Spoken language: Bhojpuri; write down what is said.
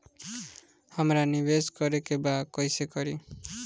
हमरा निवेश करे के बा कईसे करी?